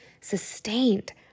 sustained